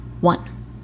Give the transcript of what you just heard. One